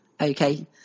okay